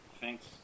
Thanks